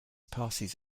passes